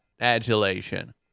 adulation